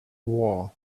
war